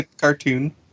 cartoon